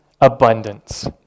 abundance